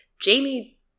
Jamie